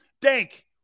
Dank